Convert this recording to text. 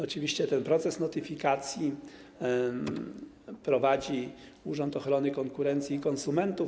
Oczywiście ten proces notyfikacji prowadzi Urząd Ochrony Konkurencji i Konsumentów.